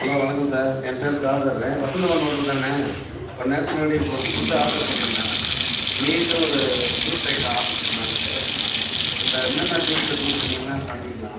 hello வணக்கம் sir என் பேர் காதர் வசந்த பவன் ஹோட்டல் தானே கொஞ்சம் நேரத்துக்கு முன்னாடி ஒரு ஃபுட் ஆடரு பண்ணிருந்தேன் மீண்டும் ஒரு ஜூஸ் ஐட்டம் ஆடரு பண்ணலாண்ட்டு அந்த என்னன்ன ஜூஸ் இருக்குன்னு சொன்னீங்கன்னா பண்ணிக்கலாம்